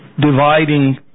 dividing